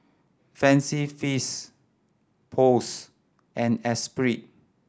Fancy Feast Post and Espirit